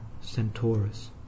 Centaurus